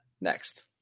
next